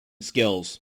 skills